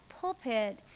pulpit